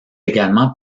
également